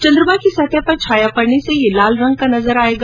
चन्द्रमा की सतह पर छाया पड़ने से यह लाल रंग का नजर आएगा